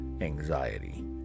Anxiety